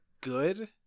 good